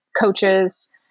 coaches